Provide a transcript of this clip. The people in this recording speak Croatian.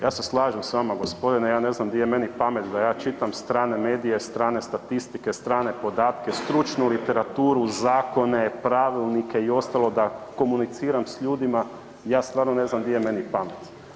Ja se slažem s vama gospodine, ja ne znam di je meni pamet da ja čitam strane medije, strane statistike, strane podatke, stručnu literaturu, zakone, pravilnike i ostalo da komuniciram s ljudima, ja stvarno ne znam di je meni pamet.